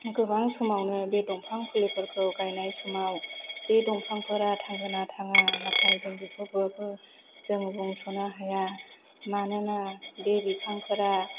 गोबां समावनो बे दंफां फुलिफोरखौ गायनाय समाव बे दंफांफोरा थांगोन ना थाङा नाथाय जों बेखौ बयबो जों बुंस'नो हाया मानोना बे बिफांफोरा